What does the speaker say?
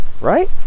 Right